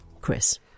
Chris